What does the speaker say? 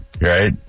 right